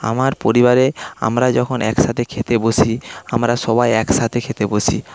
আমার পরিবারে আমরা যখন একসাথে খেতে বসি আমরা সবাই একসাথে খেতে বসি